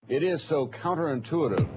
it is so counterintuitive.